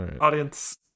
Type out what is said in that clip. Audience